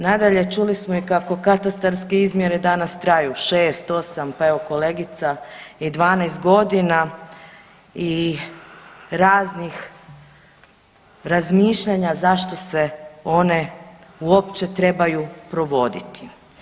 Nadalje čuli smo i kako katastarske izmjere danas traju šest, osam pa evo kolegica i 12 godina i raznih razmišljanja zašto se one uopće trebaju provoditi.